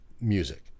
music